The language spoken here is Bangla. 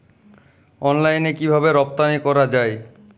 অনলাইনে কিভাবে রপ্তানি করা যায়?